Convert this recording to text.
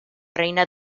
reina